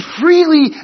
freely